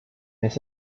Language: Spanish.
ese